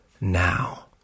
now